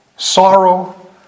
Sorrow